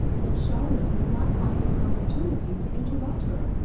that charlotte could not find an opportunity to interrupt her,